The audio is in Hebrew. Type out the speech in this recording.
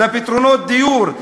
לפתרונות דיור,